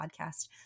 podcast